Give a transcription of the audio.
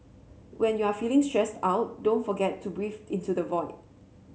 when you are feeling stressed out don't forget to breathe into the void